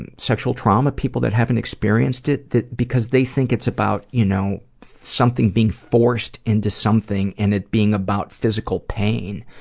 and sexual trauma people that haven't experienced it that because they think it's about you know something being forced into something and it being about physical pain,